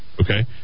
okay